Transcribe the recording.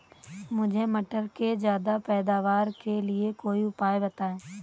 मुझे मटर के ज्यादा पैदावार के लिए कोई उपाय बताए?